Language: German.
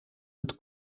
mit